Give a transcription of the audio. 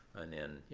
and then,